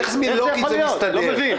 איך זה מסתדר לוגית.